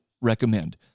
recommend